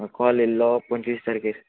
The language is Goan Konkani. कॉल येल्लो पंचवीस तारकेर